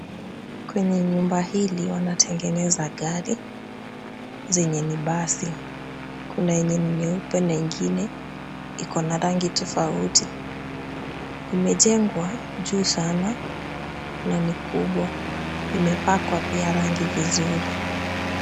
Kwenye nyumba hili wanatengeneza gari zenye ni basi. Kuna yenye ni nyeupe na ingine iko na rangi tofauti. Imejengwa juu sana na ni kubwa. Imepakwa pia rangi vizuri.